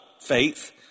faith